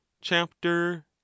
chapter